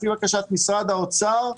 לפי בקשת משרד האוצר,